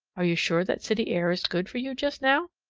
are you sure that city air is good for you just now?